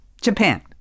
Japan